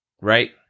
Right